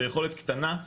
זה יכולת קטנה.